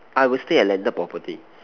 I will stay at landed property